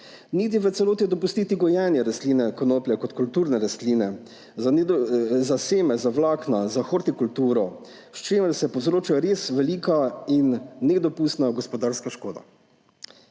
niti v celoti dopustiti gojenja rastline konoplja kot kulturne rastline za seme, za vlakna, za hortikulturo, s čimer se povzroča res velika in nedopustna gospodarska škoda.